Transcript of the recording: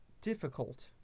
difficult